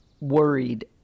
worried